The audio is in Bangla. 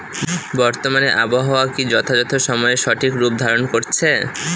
বর্তমানে আবহাওয়া কি যথাযথ সময়ে সঠিক রূপ ধারণ করছে?